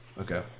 Okay